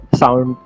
sound